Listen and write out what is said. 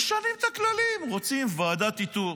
משנים את הכללים, רוצים ועדת איתור.